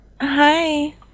Hi